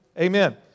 Amen